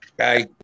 okay